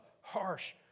harsh